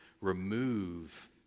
remove